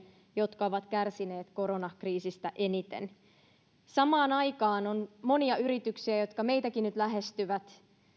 jotka ovat kärsineet koronakriisistä eniten samaan aikaan on monia yrityksiä jotka meitäkin nyt lähestyvät